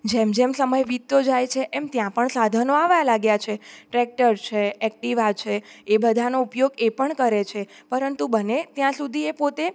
જેમ જેમ સમય વીતતો જાય છે એમ ત્યાં પણ સાધનો આવવા લાગ્યા છે ટ્રેક્ટર છે એક્ટિવા છે એ બધાનો ઉપયોગ એ પણ કરે છે પરંતુ બને ત્યાં સુધી એ પોતે